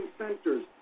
centers